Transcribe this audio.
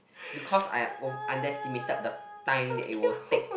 because I o~ underestimated the time that it will take